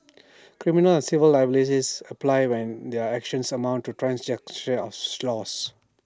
criminal and civil liabilities apply when their actions amount to of such laws